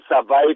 survive